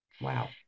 Wow